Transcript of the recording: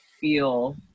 feel